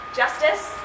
justice